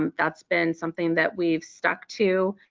um that's been something that we've stuck to